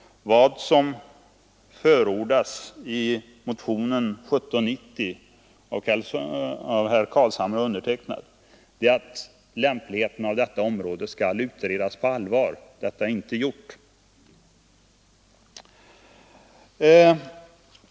Vad som förordas i motionen 1790 av herr Carlshamre och mig är att lämpligheten av detta område skall ordentligt utredas. Det är inte gjort.